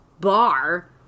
bar